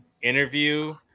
interview